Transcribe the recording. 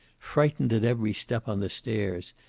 frightened at every step on the stairs,